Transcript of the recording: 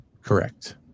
Correct